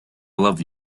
love